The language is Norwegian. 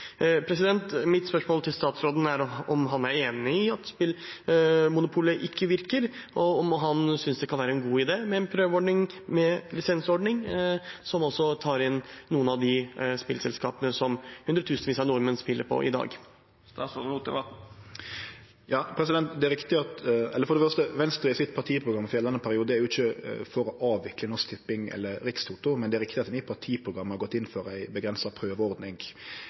Mitt spørsmål til statsråden er: Er han enig i at spillmonopolet ikke virker, og synes han det kan være en god idé med et prøveprosjekt med lisensordning, som tar inn noen av de spillselskapene som hundretusenvis av nordmenn spiller på i dag? For det første er Venstres partiprogram for gjeldande periode ikkje for å avvikle Norsk Tipping eller Rikstoto, men det er riktig at vi i partiprogrammet har gått inn for ei avgrensa prøveordning.